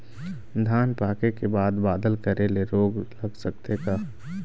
धान पाके के बाद बादल करे ले रोग लग सकथे का?